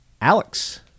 Alex